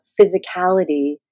physicality